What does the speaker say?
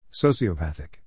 Sociopathic